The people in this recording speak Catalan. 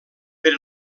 per